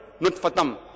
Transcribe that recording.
nutfatam